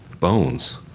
bones.